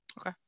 Okay